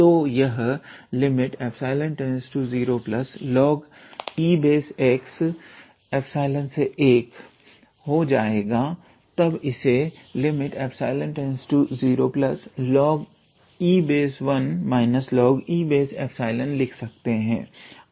तो यह ∈→0logex1 हो जाएगा और तब इसे ∈→0loge1 loge लिख सकते हैं